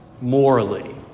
morally